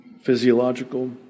physiological